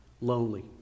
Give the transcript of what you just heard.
lonely